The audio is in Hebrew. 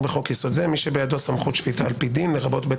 מי שבידו סמכות שפיטה על פי דין לרבות בית